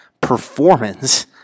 performance